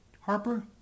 Harper